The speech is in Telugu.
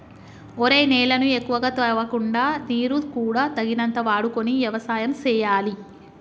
ఒరేయ్ నేలను ఎక్కువగా తవ్వకుండా నీరు కూడా తగినంత వాడుకొని యవసాయం సేయాలి